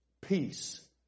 peace